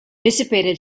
dissipated